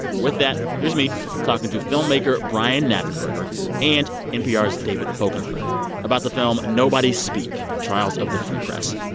with that, here's me talking to filmmaker brian knappenberger and npr's david folkenflik about the film nobody speak trials of the free press.